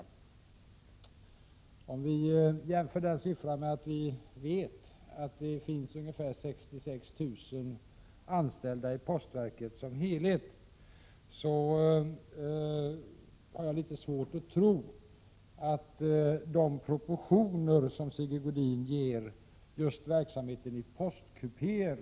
Och om vi jämför den siffran med att det finns ungefär 66 000 anställda i postverket som helhet, har jag litet svårt att tro på de proportioner som Sigge Godin ger just verksamheten i postkupéerna.